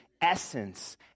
essence